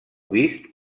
vist